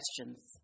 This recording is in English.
questions